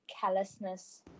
callousness